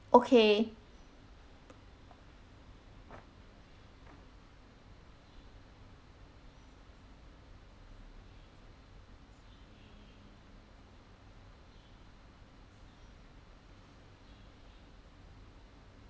okay